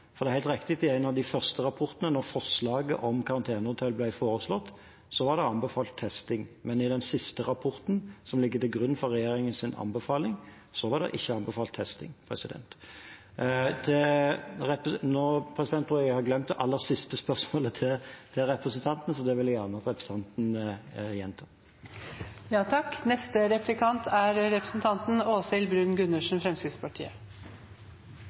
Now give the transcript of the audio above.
Det er helt riktig at i en av de første rapportene, da forslaget om karantenehotell ble lagt fram, var det anbefalt testing. Men i den siste rapporten, som ligger til grunn for regjeringens anbefaling, var det ikke anbefalt testing. Jeg tror jeg har glemt det aller siste spørsmålet til representanten, så det vil jeg gjerne at representanten gjentar. Regjeringen tillater at arbeidere kan jobbe allerede etter første test hvis den er